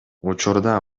учурда